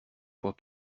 fois